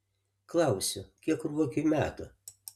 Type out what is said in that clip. klausiu kiek ruokiui metų